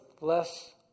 less